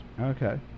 Okay